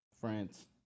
France